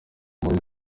umuntu